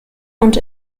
und